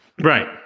Right